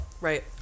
Right